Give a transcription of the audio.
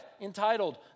entitled